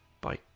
Bye